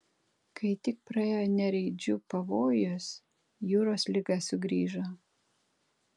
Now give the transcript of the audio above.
kai tik praėjo nereidžių pavojus jūros liga sugrįžo